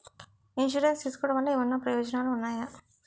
Insurance తీసుకోవటం వల్ల ఏమైనా ప్రయోజనాలు ఉన్నాయా?